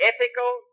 Ethical